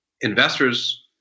Investors